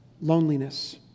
loneliness